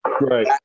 Right